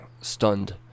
stunned